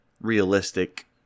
realistic